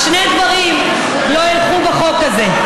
אז שני דברים לא ילכו בחוק הזה: